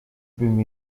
bym